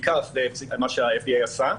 בעיקר אחרי מה שה-FDA עשה,